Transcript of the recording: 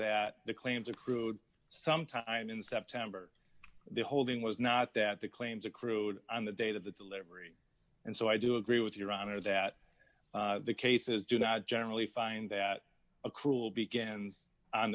that the claims of crude sometime in september the holding was not that the claims accrued and the date of the delivery and so i do agree with your honor that the cases do not generally find that a cruel begins on